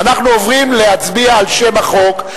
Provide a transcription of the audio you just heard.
אנחנו עוברים להצביע על שם החוק.